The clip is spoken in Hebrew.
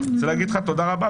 אני רוצה להגיד לך תודה רבה,